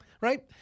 right